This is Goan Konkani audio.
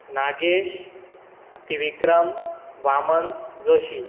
नागेश त्रिविक्रम वामन जोशी